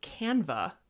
Canva